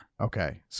Okay